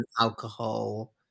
alcohol